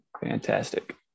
Fantastic